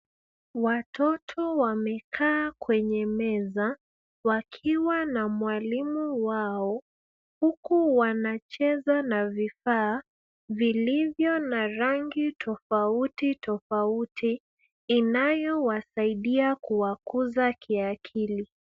Watoto wamekaa kwenye meza wakiwa na mwalimu wao, huku wanacheza na vifaa vilivyo na rangi tofautitofauti inayowasaidia kuwa kuza kiakili.